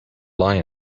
lie